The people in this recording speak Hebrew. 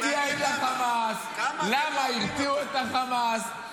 ומתגולל על שר הביטחון כאילו הוא ראש ממשלה או שר ביטחון 15 שנים.